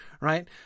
right